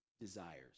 desires